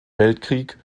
weltkrieg